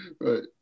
Right